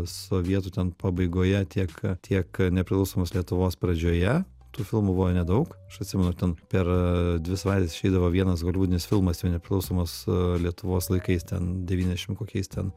sovietų ten pabaigoje tiek tiek nepriklausomos lietuvos pradžioje tų filmų buvo nedaug aš atsimenu ten per dvi savaites išeidavo vienas holivudinis filmas jau nepriklausomos lietuvos laikais ten devyniasdešimt kokiais ten